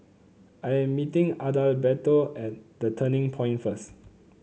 I am meeting Adalberto at The Turning Point first